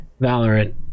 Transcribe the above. Valorant